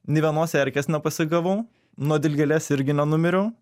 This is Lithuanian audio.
nė vienos erkės nepasigavau nuo dilgėlės irgi nenumiriau